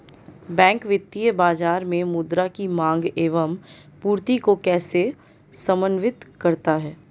Bank वित्तीय बाजार में मुद्रा की माँग एवं पूर्ति को कैसे समन्वित करता है?